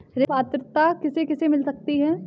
ऋण पात्रता किसे किसे मिल सकती है?